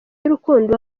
y’urukundo